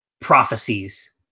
prophecies